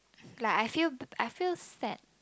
like I feel I feel sad